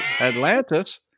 Atlantis